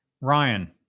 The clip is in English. Ryan